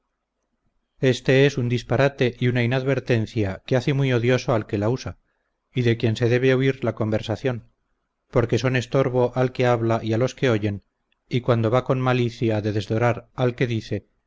este es un disparate y una inadvertencia que hace muy odioso al que la usa y de quien se debe huir la conversación porque son estorbo al que habla y a los que oyen y cuando va con malicia de desdorar al que dice